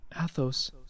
Athos